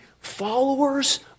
followers